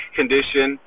condition